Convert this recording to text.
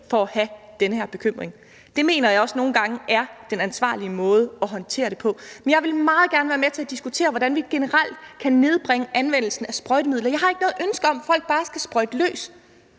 for at have denne bekymring. Det mener jeg også nogle gange er den ansvarlige måde at håndtere det på. Men jeg vil meget gerne være med til at diskutere, hvordan vi generelt kan nedbringe anvendelsen af sprøjtemidler. Jeg har ikke noget ønske om, at folk bare skal sprøjte løs.